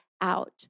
out